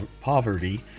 poverty